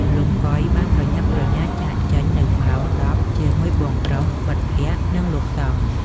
លោក កុយ បានប្រញាប់ប្រញាល់ចាកចេញនៅម៉ោង ១០ ជាមួយបងប្រុស មិត្តភក្តិ និងលោកសង្ឃ។